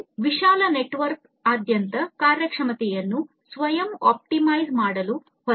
ಇದು ವಿಶಾಲ ನೆಟ್ವರ್ಕ್ನಾದ್ಯಂತ ಕಾರ್ಯಕ್ಷಮತೆಯನ್ನು ಸ್ವಯಂ ಆಪ್ಟಿಮೈಜ್ ಮಾಡಲು ಹೊರಟಿದೆ